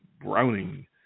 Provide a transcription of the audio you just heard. Browning